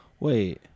Wait